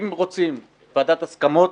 אם רוצים ועדת הסכמות,